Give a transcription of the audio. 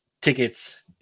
tickets